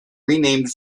renamed